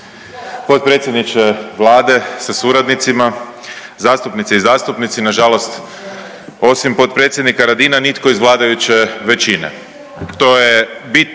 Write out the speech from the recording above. potpredsjedniče Vlade sa suradnicima, zastupnice i zastupnici. Nažalost osim potpredsjednika Radina nitko iz vladajuće većine, to je bitno